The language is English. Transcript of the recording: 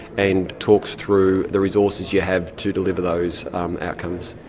and talks through the resources you have to deliver those outcomes.